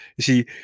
see